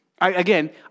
Again